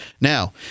Now